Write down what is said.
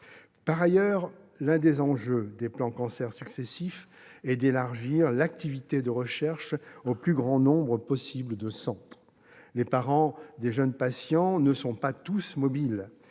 Par ailleurs, l'un des enjeux des plans Cancer successifs est d'élargir l'activité de recherche au plus grand nombre possible de centres. Les parents des jeunes patients ne sont pas tous mobiles,